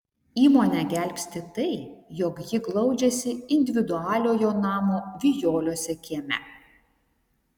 įmonę gelbsti tai jog ji glaudžiasi individualiojo namo vijoliuose kieme